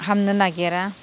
हामनो नागिरा